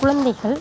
குழந்தைகள்